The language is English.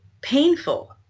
painful